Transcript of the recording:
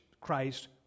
Christ